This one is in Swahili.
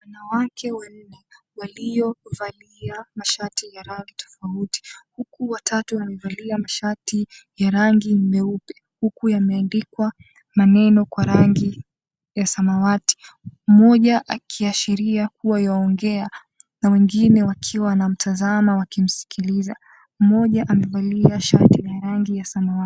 Wanawake wanne waliovalia mashati ya rangi tofauti, huku watatu wamevalia mashati ya rangi meupe huku yameandikwa maneno kwa rangi ya samawati. Mmoja akiashiria kuwa twaongea na wengine wakiwa wanamtazama wakimsikiliza. Mmoja amevalia shati ya rangi ya samawati.